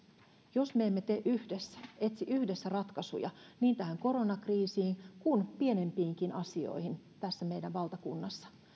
jos me emme tee yhdessä etsi yhdessä ratkaisuja niin tähän koronakriisiin kuin pienempiinkin asioihin tässä meidän valtakunnassamme